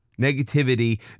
Negativity